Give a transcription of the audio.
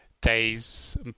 days